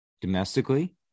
domestically